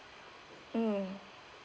mm